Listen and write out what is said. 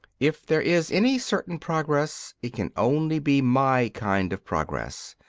if there is any certain progress it can only be my kind of progress,